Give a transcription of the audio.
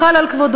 מחל על כבודו,